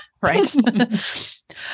Right